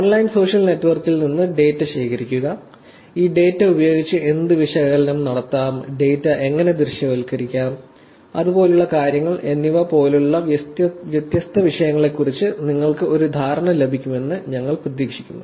online social നെറ്റ്വർക്കിൽ നിന്ന് data ശേഖരിക്കുക ഈ ഡാറ്റ ഉപയോഗിച്ച് എന്ത് വിശകലനം നടത്താം ഡാറ്റ എങ്ങനെ ദൃശ്യവൽക്കരിക്കാം അതുപോലുള്ള കാര്യങ്ങൾ എന്നിവ പോലുള്ള വ്യത്യസ്ത വിഷയങ്ങളെക്കുറിച്ച് നിങ്ങൾക്ക് ഒരു ധാരണ ലഭിക്കുമെന്ന് ഞങ്ങൾ പ്രതീക്ഷിക്കുന്നു